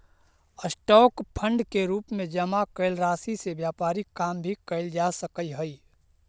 stock fund के रूप में जमा कैल राशि से व्यापारिक काम भी कैल जा सकऽ हई